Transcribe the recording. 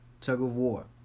tug-of-war